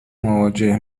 مواجه